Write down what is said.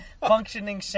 functioning